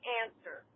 answer